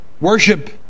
worship